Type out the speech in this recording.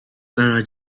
sarah